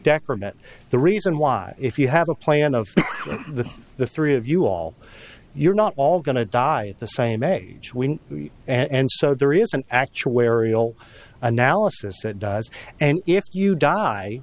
deck are met the reason why if you have a plan of the three of you all you're not all going to die at the same age we and so there is an actuarial analysis that does and if you die